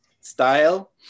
style